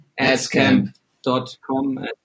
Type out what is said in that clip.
adscamp.com